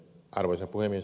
arvoisa puhemies